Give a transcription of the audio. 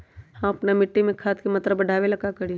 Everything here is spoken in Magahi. हम अपना मिट्टी में खाद के मात्रा बढ़ा वे ला का करी?